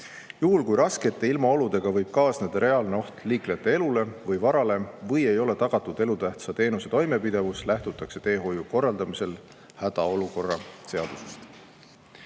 Juhul kui raskete ilmaoludega võib kaasneda reaalne oht liiklejate elule või varale või ei ole tagatud elutähtsa teenuse toimepidevus, lähtutakse teehoiu korraldamisel hädaolukorra seadusest.